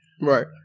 Right